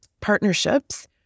partnerships